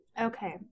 Okay